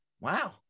Wow